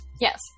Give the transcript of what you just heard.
Yes